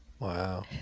Wow